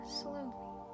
slowly